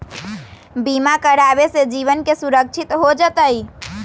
बीमा करावे से जीवन के सुरक्षित हो जतई?